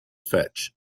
fetch